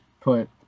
Put